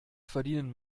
verdienen